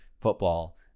football